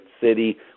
city